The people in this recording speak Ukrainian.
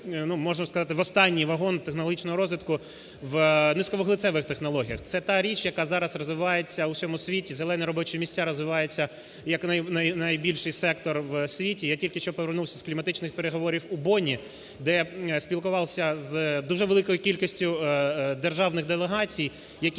можна сказати, в останній вагон технологічного розвитку в низьковуглецевих технологіях. Це та річ, яка зараз розвивається в усьому світі, зелені робочі місця розвиваються якнайбільший сектор у світі. Я тільки що повернувся з кліматичних переговорів у Бонні, де спілкувався з дуже великою кількістю державних делегацій, які